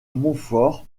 montfort